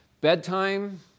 bedtime